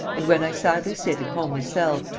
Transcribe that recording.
and when i sadly sit in homely cell,